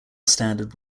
standard